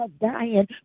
dying